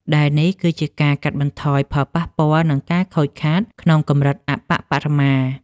ដែលនេះគឺជាការកាត់បន្ថយផលប៉ះពាល់ និងការខូចខាតក្នុងកម្រិតអប្បបរមា។